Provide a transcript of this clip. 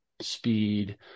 speed